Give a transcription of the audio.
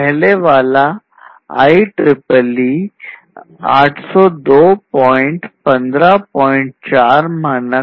पहले वाला IEEE 802154 मानक